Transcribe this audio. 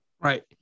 right